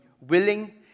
willing